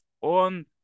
on